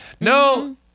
No